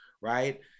Right